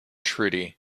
trudy